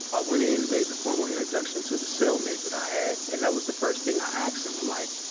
i went in and made the formal introduction to the cellmate that i had, and that was the first thing i asked him. i'm like,